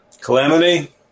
calamity